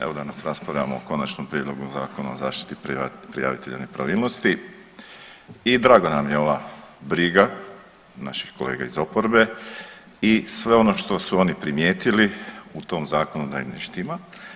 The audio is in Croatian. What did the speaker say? Evo danas raspravljamo o Konačnom prijedlogu Zakona o zaštiti prijavitelja nepravilnosti i draga nam je ova briga naših kolega iz oporbe i sve ono što su oni primijetili u tom zakonu da im ne štima.